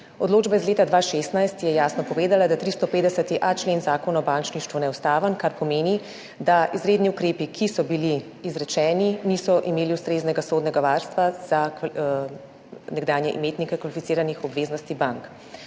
Odločba iz leta 2016 je jasno povedala, da je 350.a člen Zakona o bančništvu neustaven, kar pomeni, da izredni ukrepi, ki so bili izrečeni, niso imeli ustreznega sodnega varstva za nekdanje imetnike kvalificiranih obveznosti bank.